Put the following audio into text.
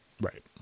Right